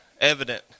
Evident